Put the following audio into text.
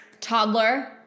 toddler